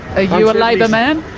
ah you a labor man?